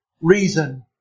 reason